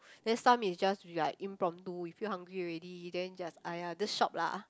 then some is just like impromptu we feel hungry already then just !aiya! this shop lah